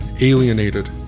alienated